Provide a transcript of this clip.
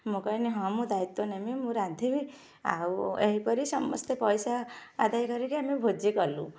ମୁଁ କହିନି ହଁ ମୁଁ ଦାୟିତ୍ୱ ନେମି ମୁଁ ରାନ୍ଧିବି ଆଉ ଏହିପରି ସମସ୍ତେ ପଇସା ଆଦାୟ କରିକି ଆମେ ଭୋଜି କଲୁ